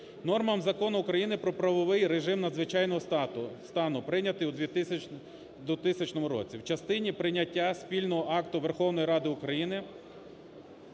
нормами Закону України про правовий режим надзвичайного стану, прийнятий у 2000 році. В частині прийняття спільного акту Верховної Ради України